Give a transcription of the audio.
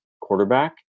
quarterback